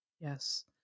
Yes